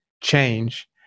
change